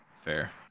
Fair